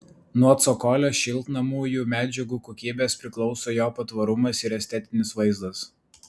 nuo cokolio šiltinamųjų medžiagų kokybės priklauso jo patvarumas ir estetinis vaizdas